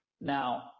Now